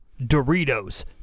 Doritos